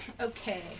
Okay